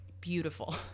beautiful